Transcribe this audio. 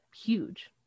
huge